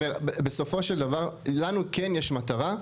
אני אומר, בסופו של דבר, לנו כן יש מטרה,